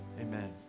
Amen